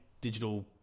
digital